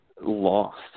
lost